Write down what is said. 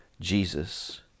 Jesus